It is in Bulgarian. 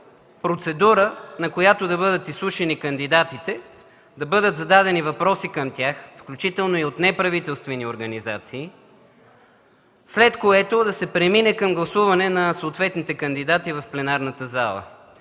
процедура, по която да бъдат изслушани кандидатите, да бъдат зададени въпроси към тях, включително и от неправителствени организации, след което да се премине към гласуване от съответните кандидати в пленарната зала.